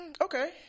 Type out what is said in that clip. Okay